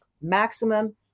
maximum